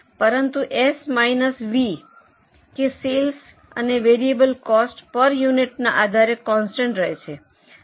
પરંતુ S minus V કે sales અને વેરીએબલ કોસ્ટ પર યુનિટના આધારે કોન્સ્ટન્ટ રહે છે